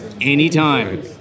Anytime